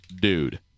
dude